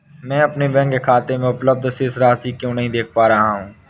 मैं अपने बैंक खाते में उपलब्ध शेष राशि क्यो नहीं देख पा रहा हूँ?